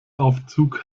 aufzug